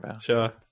sure